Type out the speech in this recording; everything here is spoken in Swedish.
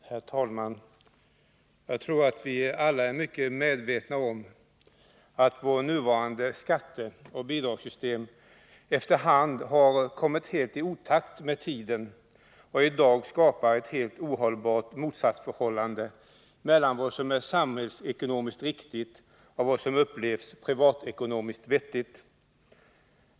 Herr talman! Jag tror att vi alla är mycket medvetna om att vårt nuvarande skatteoch bidragssystem efter hand har kommit helt i otakt med tiden och i dag skapar ett helt ohållbart motsatsförhållande mellan vad som är samhällsekonomiskt riktigt och vad som upplevs som privatekonomiskt vettigt.